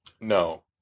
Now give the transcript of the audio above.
No